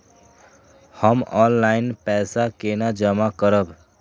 हम ऑनलाइन पैसा केना जमा करब?